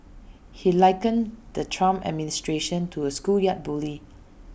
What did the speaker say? he likened the Trump administration to A schoolyard bully